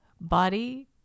body